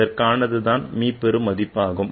இதற்கானது தான் மீப்பெரு மதிப்பாகும்